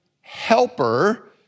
helper